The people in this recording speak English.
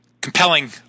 compelling